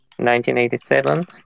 1987